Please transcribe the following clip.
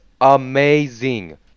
amazing